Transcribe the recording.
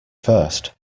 first